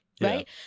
right